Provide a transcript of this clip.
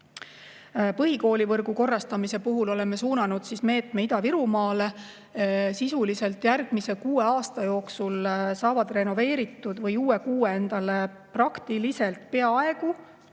Põhikoolivõrgu korrastamise puhul oleme suunanud meetme Ida-Virumaale. Sisuliselt järgmise kuue aasta jooksul saavad renoveeritud või uue kuue endale peaaegu